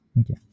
Okay